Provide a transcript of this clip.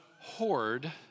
hoard